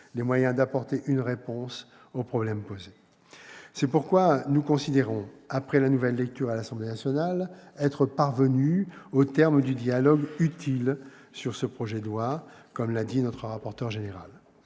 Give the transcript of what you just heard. les moyens d'apporter une réponse au problème posé. C'est pourquoi nous considérons, après la nouvelle lecture à l'Assemblée nationale, être parvenus au terme du dialogue utile sur ce projet de loi, comme l'a dit M. le rapporteur général.